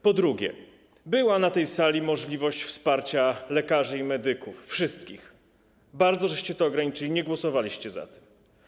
Po drugie była na tej sali możliwość wsparcia lekarzy i medyków -wszystkich, bardzo to ograniczyliście, nie głosowaliście za tym.